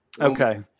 Okay